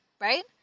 right